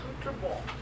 comfortable